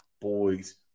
boys